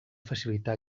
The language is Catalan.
facilitar